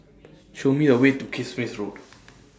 Show Me A Way to Kismis Road